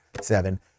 seven